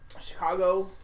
Chicago